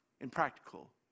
impractical